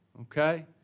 Okay